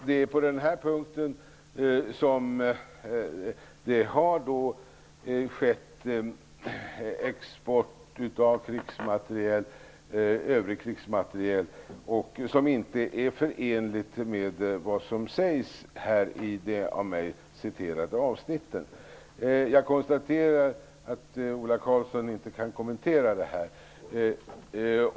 Det har ägt rum export av övrig krigsmateriel som inte är förenlig med vad som sägs i de av mig citerade avsnitten. Jag konstaterar att Ola Karlsson inte kan kommentera detta nu.